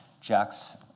Jack's